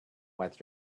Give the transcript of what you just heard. what